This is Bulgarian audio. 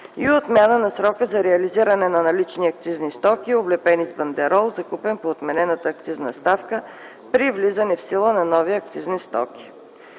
и отмяна на срока за реализиране на налични акцизни стоки, облепени с бандерол, закупен по отменената акцизна ставка, при влизане в сила на нови акцизни ставки.